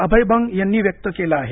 अभय बंग यांनी व्यक्त केलं आहे